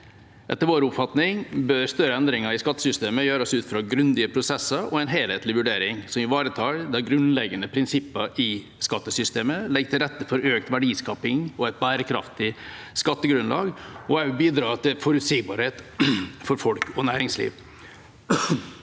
Etter vår oppfatning bør større endringer i skattesystemet gjøres ut fra grundige prosesser og en helhetlig vurdering som ivaretar de grunnleggende prinsippene i skattesystemet, legger til rette for økt verdiskaping og et bærekraftig skattegrunnlag og bidrar til forutsigbarhet for folk og næringsliv.